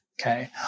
Okay